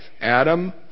Adam